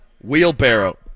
wheelbarrow